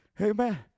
Amen